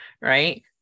right